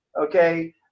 okay